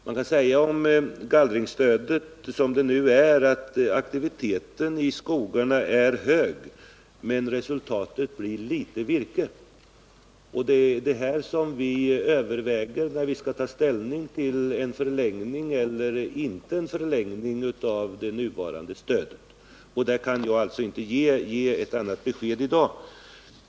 Man kan säga om gallringsstödet, som det nu är, att aktiviteten i skogarna är hög, men resultatet blir litet virke. Det är detta som vi överväger, när vi skall ta ställning till frågan om en förlängning eller inte av det nuvarande stödet, och något annat besked kan jag inte ge i dag.